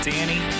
Danny